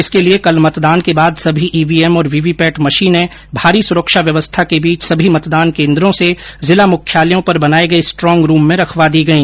इसके लिये कल मतदान के बाद सभी ईवीएम और वीवीपेट मशीनें भारी सुरक्षा व्यवस्था के बीच सभी मतदान केन्द्रों से जिला मुख्यालयों पर बनाये गये स्ट्रॉग रूम में रखवा दी गई